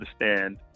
understand